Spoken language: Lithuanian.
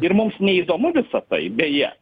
ir mums neįdomu visa tai beje